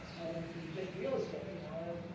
i don't mean just real estate, you know.